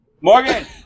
Morgan